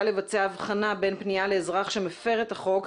לבצע הבחנה בין פנייה לאזרח שמפר את החוק,